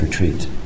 retreat